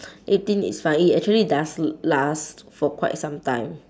eighteen is fine it actually does l~ last for quite some time